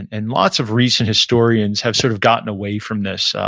and lots of recent historians have sort of gotten away from this.